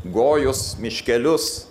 gojus miškelius